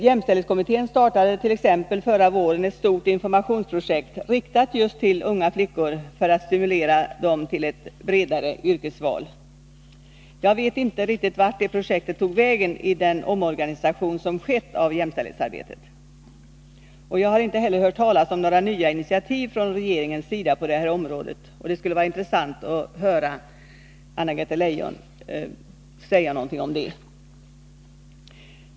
Jämställdhetskommittén startade t.ex. förra våren ett stort informationsprojekt riktat just till unga flickor för att stimulera dem till ett bredare yrkesval. Jag vet inte riktigt vart det projektet tog vägen i den omorganisation av jämställdhetsarbetet som skett. Jag har inte heller hört talas om några nya initiativ från regeringens sida på det här området. Det skulle vara intressant att höra Anna-Greta Leijon säga någonting om det.